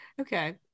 Okay